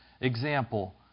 Example